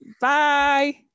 Bye